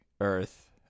Earth